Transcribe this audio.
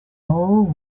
old